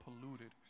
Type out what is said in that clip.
polluted